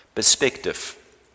Perspective